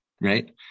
right